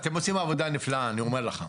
אתם עושים עבודה נפלאה לשם שינוי, אני אומר לכם.